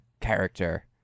character